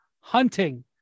hunting